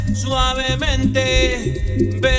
suavemente